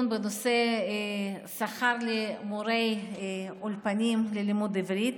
בנושא שכר למורי אולפנים ללימוד עברית.